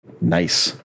Nice